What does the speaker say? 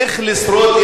איך לשרוד,